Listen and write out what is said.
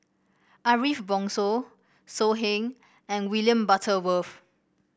Ariff Bongso So Heng and William Butterworth